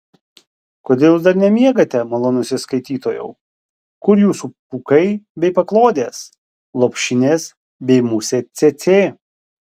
kodėl jūs dar nemiegate malonusis skaitytojau kur jūsų pūkai bei paklodės lopšinės bei musė cėcė